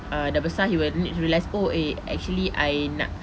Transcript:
ah dah besar he will need to realise oh eh actually I nak